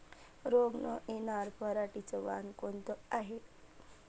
रोग न येनार पराटीचं वान कोनतं हाये?